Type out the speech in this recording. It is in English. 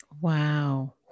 Wow